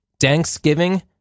Thanksgiving